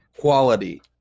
quality